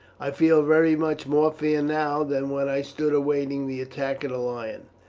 i feel very much more fear now than when i stood awaiting the attack of the lion.